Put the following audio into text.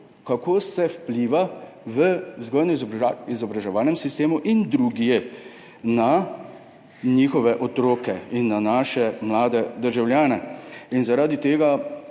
kako se vpliva v vzgojno-izobraževalnem sistemu in drugje na njihove otroke in na naše mlade državljane. Zaradi tega,